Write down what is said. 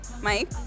Mike